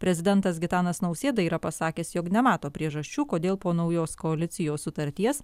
prezidentas gitanas nausėda yra pasakęs jog nemato priežasčių kodėl po naujos koalicijos sutarties